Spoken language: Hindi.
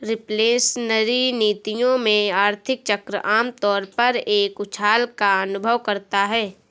रिफ्लेशनरी नीतियों में, आर्थिक चक्र आम तौर पर एक उछाल का अनुभव करता है